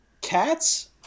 cats